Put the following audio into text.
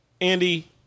Andy